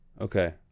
okay